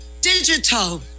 digital